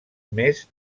mes